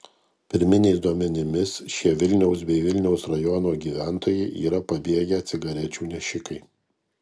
pirminiais duomenimis šie vilniaus bei vilniaus rajono gyventojai yra pabėgę cigarečių nešikai